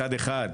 מצד אחד,